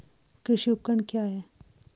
कृषि उपकरण क्या है?